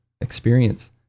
experience